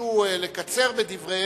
יבקשו לקצר בדבריהם,